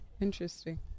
Interesting